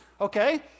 okay